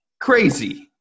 crazy